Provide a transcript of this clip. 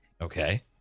okay